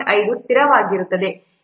5 ಸ್ಥಿರವಾಗಿರುತ್ತದೆ